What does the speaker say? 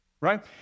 Right